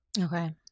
Okay